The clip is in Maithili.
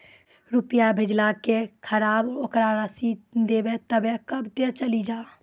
रुपिया भेजाला के खराब ओकरा रसीद देबे तबे कब ते चली जा?